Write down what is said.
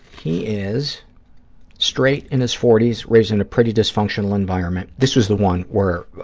he is straight, in his forty s, raised in a pretty dysfunctional environment. this was the one where